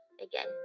Again